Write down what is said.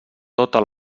tota